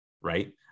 right